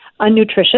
unnutritious